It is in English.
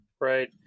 right